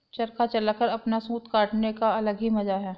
चरखा चलाकर अपना सूत काटने का अलग ही मजा है